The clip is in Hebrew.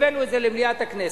הבאנו את זה למליאת הכנסת.